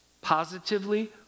positively